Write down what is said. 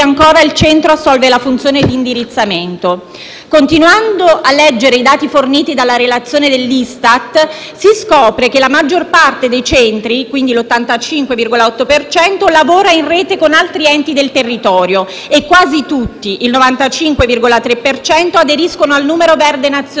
Continuando a leggere i dati forniti dalla relazione dell'ISTAT, si scopre che la maggiore parte dei centri (quindi l'85,8 per cento) lavora in rete con altri enti del territorio e che quasi tutti (il 95,3 per cento) aderiscono al numero verde nazionale 1522 contro la violenza e lo *stalking*.